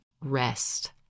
rest